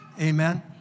Amen